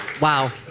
wow